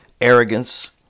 Arrogance